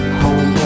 home